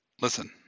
Listen